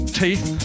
teeth